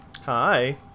Hi